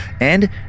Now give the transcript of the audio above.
and